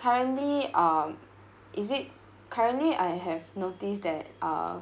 currently um is it currently I have noticed that uh